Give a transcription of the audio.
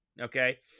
okay